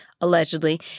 allegedly